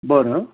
बरं